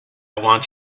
want